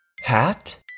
Hat